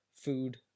food